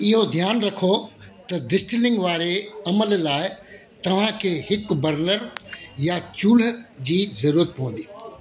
इहो ध्यानु रखो त डिस्टिलिंग वारे अमल लाइ तव्हांखे हिकु बर्नर या चुल्हि जी ज़रूरत पवंदी